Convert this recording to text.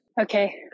okay